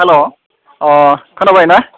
hello अ खोनाबायना